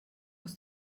aus